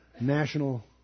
national